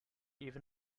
even